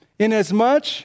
Inasmuch